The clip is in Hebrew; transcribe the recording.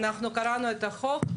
אנחנו קראנו את החוק,